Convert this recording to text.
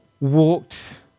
walked